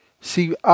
See